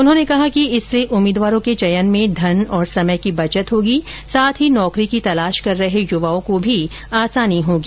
उन्होंने कहा कि इससे उम्मीदवारों के चयन में धन और समय की बचत होगी साथ ही नौकरी की तलाश कर रहे युवाओँ को भी आसानी होगी